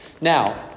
Now